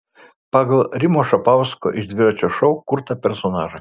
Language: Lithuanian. pagal rimo šapausko iš dviračio šou kurtą personažą